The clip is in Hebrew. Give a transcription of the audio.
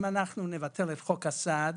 אם אנחנו נבטל את חוק הסעד,